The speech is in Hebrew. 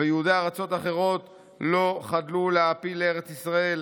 ויהודי ארצות אחרות לא חדלו להעפיל לארץ ישראל,